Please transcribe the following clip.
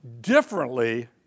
differently